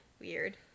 Weird